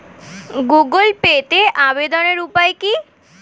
Google পেতে আবেদনের উপায় কি?